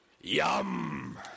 Yum